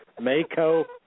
Mako